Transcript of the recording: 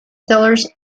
thrillers